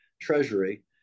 Treasury